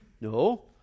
No